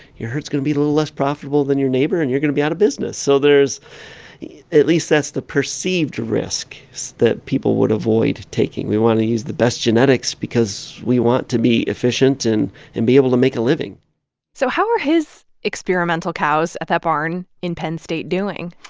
your herd's going to be a little less profitable than your neighbor, and you're going to be out of business. business. so there's at least, that's the perceived risk that people would avoid taking. we want to use the best genetics because we want to be efficient and and be able to make a living so how are his experimental cows at that barn in penn state doing?